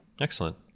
Excellent